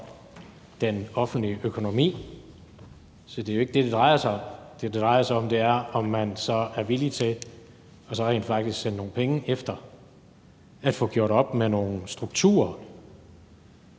den offentlige økonomi. Så det er jo ikke det, det drejer sig om. Det, det drejer sig om, er, om man så er villig til rent faktisk at sende nogle penge efter at få gjort op med nogle strukturer,